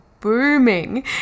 booming